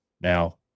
Now